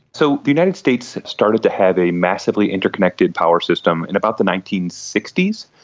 so the united states started to have a massively interconnected power system in about the nineteen sixty s.